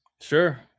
Sure